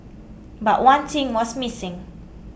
but one thing was missing